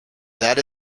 that